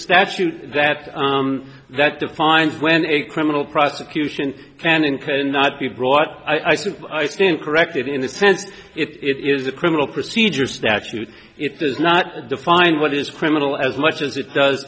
statute that that defined when a criminal prosecution can and cannot be brought i can stand corrected in a tent it is a criminal procedure statute it does not define what is criminal as much as it does